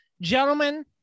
Gentlemen